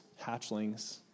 hatchlings